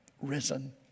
risen